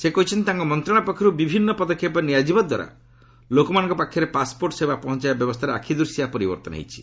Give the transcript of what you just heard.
ସେ କହିଛନ୍ତି ତାଙ୍କ ମନ୍ତ୍ରଣାଳୟ ପକ୍ଷରୁ ବିଭିନ୍ନ ପଦକ୍ଷେପ ନିଆଯିବା ଦ୍ୱାରା ଲୋକମାନଙ୍କ ପାଖରେ ପାଶ୍ପୋର୍ଟ୍ ସେବା ପହଞ୍ଚାଇବା ବ୍ୟବସ୍ଥାରେ ଆଖିଦୂଶିଆ ପରିବର୍ତ୍ତନ ହୋଇଛି